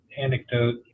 anecdote